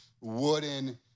wooden